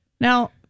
Now